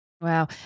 Wow